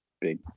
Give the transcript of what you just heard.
Big